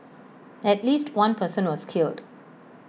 at least one person was killed